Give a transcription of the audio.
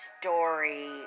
story